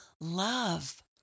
love